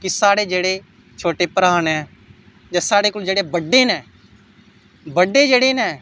कि साढ़े जेह्ड़े छोटे भ्राऽ न जां साढ़े कोला जेह्ड़े बड्डे न बड्डे जेह्ड़े न